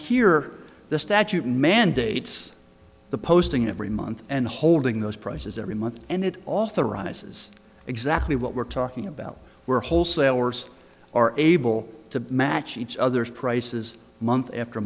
here the statute mandates the posting every month and holding those prices every month and it authorizes exactly what we're talking about where wholesalers are able to match each other's prices month after